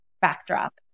backdrop